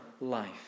life